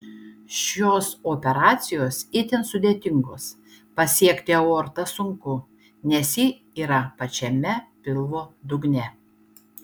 šios operacijos itin sudėtingos pasiekti aortą sunku nes ji yra pačiame pilvo dugne